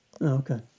Okay